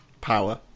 power